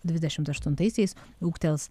dvidešimt aštuntaisiais ūgtels